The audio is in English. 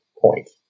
point